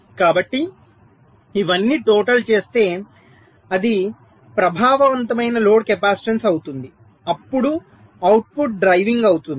కాబట్టి ఇవన్నీ టోటల్ చేస్తే అది ప్రభావవంతమైన లోడ్ కెపాసిటెన్స్ అవుతుంది అప్పుడు అవుట్పుట్ డ్రైవింగ్ అవుతుంది